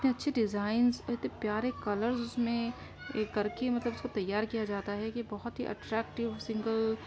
اتنی اچھی ڈیزائنس اور اتنے پیارے کلرس اس میں یہ کر کے مطلب اس کو تیار کیا جاتا ہے کہ بہت ہی اٹریکٹیو سنگل